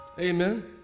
amen